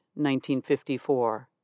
1954